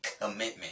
commitment